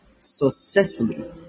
successfully